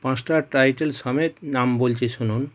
পাঁচটা টাইটেল সমেত নাম বলছি শুনুন